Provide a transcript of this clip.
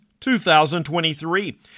2023